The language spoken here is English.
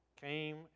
came